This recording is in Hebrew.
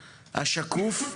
השקוף,